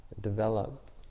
develop